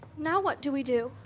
now what do we do?